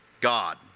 God